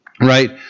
Right